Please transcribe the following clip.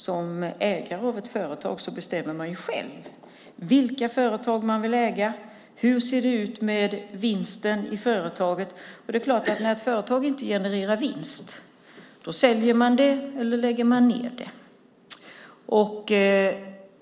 Som ägare av ett företag bestämmer man ju själv vilka företag man vill äga och hur det ser ut med vinsten i företaget. När ett företag inte genererar vinst säljer man det eller lägger ned det.